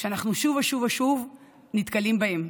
שאנחנו שוב ושוב ושוב נתקלים בהם.